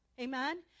Amen